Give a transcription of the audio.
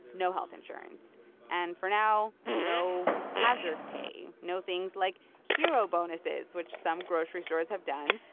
no health insurance and, for now, no hazard pay, no things like hero bonuses, which some grocery stores have done,